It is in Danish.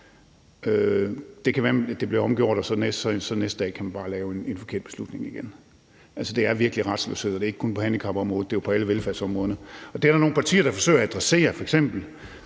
Det kan være, at den bliver omgjort, og at man den næste dag bare igen kan træffe en forkert beslutning. Så der er virkelig en retsløshed, og det er jo ikke kun på handicapområdet, men det er også på alle de andre velfærdsområder, og det er der også nogle partier der forsøger at adressere,